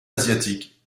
asiatique